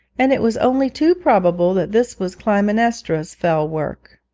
and it was only too probable that this was clytemnestra's fell work.